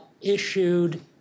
issued